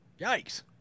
Yikes